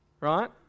right